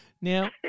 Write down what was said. Now